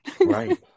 Right